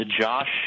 Josh